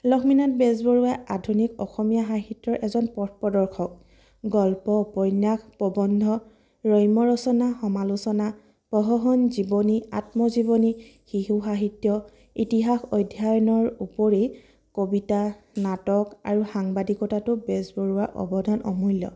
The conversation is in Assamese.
লক্ষ্মীনাথ বেজবৰুৱা আধুনিক অসমীয়া সাহিত্যৰ এজন পথ প্ৰদৰ্শক গল্প উপন্যাস প্ৰৱন্ধ ৰম্য ৰচনা সমালোচনা প্ৰহসন জীৱনী আত্মজীৱনী শিশু সাহিত্য ইতিহাস অধ্যয়নৰ উপৰি কবিতা নাটক আৰু সাংবাদিকতাতো বেজবৰুৱৰ অৱদান অমূল্য